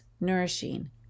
nourishing